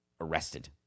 arrested